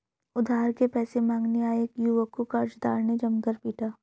उधार के पैसे मांगने आये एक युवक को कर्जदार ने जमकर पीटा